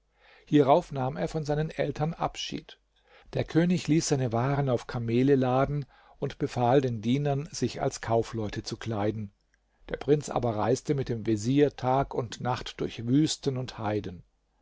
hierauf nahm er von seinen eltern abschied der könig ließ seine waren auf kamele laden und befahl den dienern sich als kaufleute zu kleiden der prinz aber reiste mit dem vezier tag und nacht durch wüsten und heiden